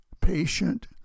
patient